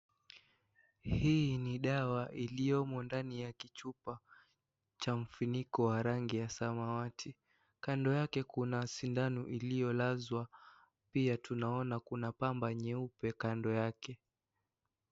Hii ni dawa iliyomo ndani ya kichupa ,cha mfuniko wa rangi ya samawati. Kando yake kuna sindano iliyolazwa, pia tunaona kuna pampa nyeupe kando yake.